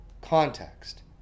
context